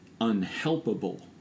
unhelpable